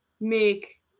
make